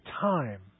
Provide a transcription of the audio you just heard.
time